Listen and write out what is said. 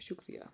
شُکریہ